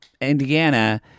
Indiana